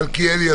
למלכיאלי,